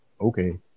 Okay